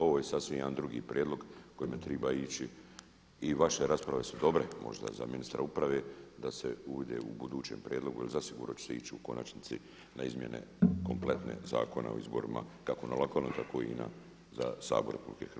Ovo je sasvim jedan drugi prijedlog kojemu treba ići i vaše rasprave su dobre možda za ministra uprave da se uvede u budućem prijedlogu jer zasigurno će se ići u konačnici na izmjene kompletne Zakona o izborima kako na lokalnoj tako i za Sabor RH.